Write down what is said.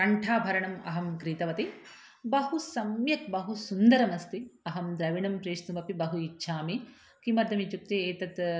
कण्ठाभरणम् अहं क्रीतवती बहु सम्यक् बहु सुन्दरमस्ति अहं द्रविणं प्रेषितुमपि बहु इच्छामि किमर्थमित्युक्ते एतत्